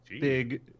big